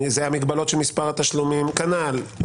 המגבלות של מספר התשלומים כנ"ל.